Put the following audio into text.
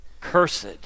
Cursed